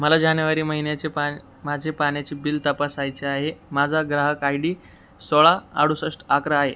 मला जानेवारी महिन्याचे पा माझे पाण्याचे बिल तपासायचे आहे माझा ग्राहक आय डी सोळा अडुसष्ट अकरा आहे